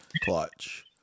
Clutch